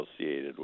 associated